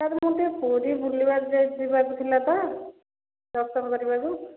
sir ମୁଁ ଟିକେ ପୁରୀ ବୁଲିବାକୁ ଯିବାକୁ ଥିଲା ତ ଦର୍ଶନ କରିବାକୁ